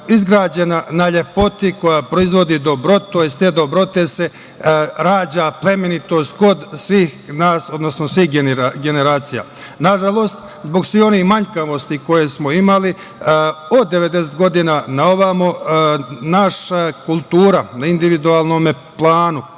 izgrađena na lepoti koja proizvodi dobrotu, a iz te dobrote se rađa plemenitost kod svih nas, odnosno svih generacija. Nažalost, zbog svih ovih manjkavosti koje smo imali od devedesetih godina na ovamo, naša kultura na individualnom planu